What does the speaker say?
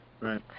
Right